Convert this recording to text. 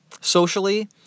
socially